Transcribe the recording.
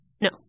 No